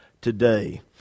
today